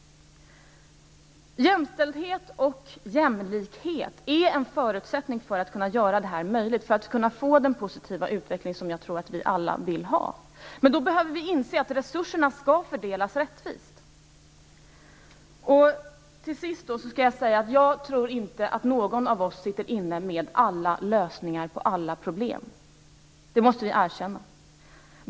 Jämställdhet och jämlikhet är en förutsättning för att kunna göra den positiva utveckling som jag tror att vi alla vill ha möjlig. Men då behöver vi inse att resurserna skall fördelas rättvist. Jag tror inte att någon av oss sitter inne med alla lösningar på alla problem. Det måste vi erkänna.